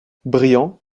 brillants